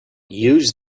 use